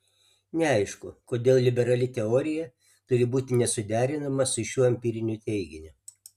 neaišku kodėl liberali teorija turi būti nesuderinama su šiuo empiriniu teiginiu